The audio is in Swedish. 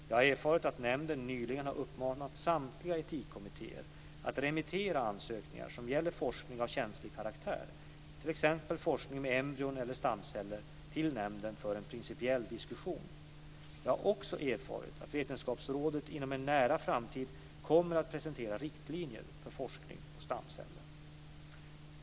Jag har erfarit att nämnden nyligen har uppmanat samtliga etikkommittéer att remittera ansökningar som gäller forskning av känslig karaktär, t.ex. forskning med embryon eller stamceller, till nämnden för en principiell diskussion. Jag har också erfarit att Vetenskapsrådet inom en nära framtid kommer att presentera riktlinjer för forskning på stamceller.